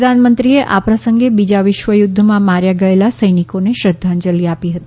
પ્રધાનમંત્રીએ આ પ્રસંગે બીજા વિશ્વયુદ્ધમાં માર્યા ગયેલા સૈનિકોને શ્રદ્ધાંજલિ આપી હતી